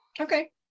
Okay